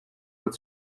out